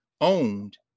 owned